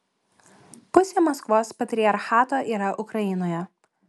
pusė maskvos patriarchato yra ukrainoje